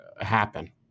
happen